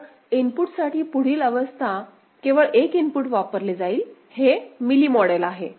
तर इनपुटसाठी पुढील अवस्था केवळ 1 इनपुट वापरले जाईल हे मिली मॉडेल आहे